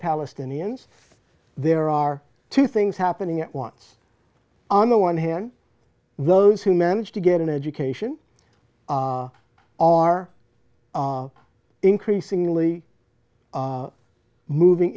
palestinians there are two things happening at once on the one hand those who managed to get an education are increasingly moving